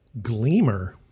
Gleamer